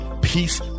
peace